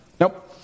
Nope